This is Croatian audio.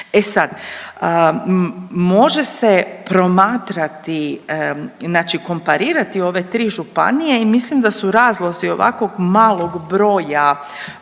E sad, može se promatrati znači komparirati ove tri županije i mislim da su razlozi ovakvog malog broja